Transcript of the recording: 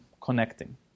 connecting